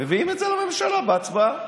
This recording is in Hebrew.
מביאים את זה לממשלה בהצבעה,